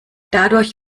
dadurch